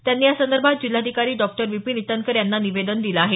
त्यांनी यासंदर्भात जिल्हाधिकारी डॉ विपिन ईटनकर यांना निवेदन दिलं आहे